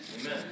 Amen